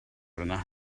yna